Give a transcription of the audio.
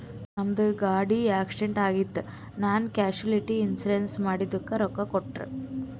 ನಮ್ದು ಗಾಡಿ ಆಕ್ಸಿಡೆಂಟ್ ಆಗಿತ್ ನಾ ಕ್ಯಾಶುಲಿಟಿ ಇನ್ಸೂರೆನ್ಸ್ ಮಾಡಿದುಕ್ ರೊಕ್ಕಾ ಕೊಟ್ಟೂರ್